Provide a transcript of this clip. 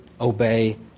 obey